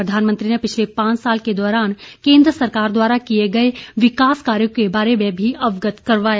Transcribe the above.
प्रधानमंत्री ने पिछले पांच साल के दौरान केंद्र सरकार द्वारा किए गए विकास कार्यों के बारे में भी अवगत करवाया